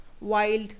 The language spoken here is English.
wild